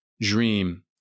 dream